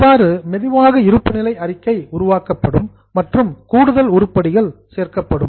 இவ்வாறு மெதுவாக இருப்புநிலை அறிக்கை உருவாக்கப்படும் மற்றும் கூடுதல் உருப்படிகள் சேர்க்கப்படும்